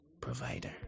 provider